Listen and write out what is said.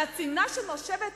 על הצינה שנושבת